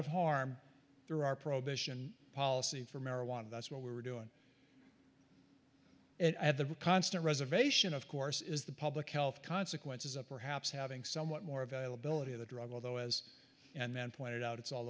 of harm there are prohibition policy for marijuana that's what we were doing at the constant reservation of course is the public health consequences of perhaps having somewhat more availability of the drug although as and then pointed out it's all